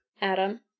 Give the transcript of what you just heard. Adam